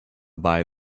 buy